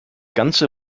ganze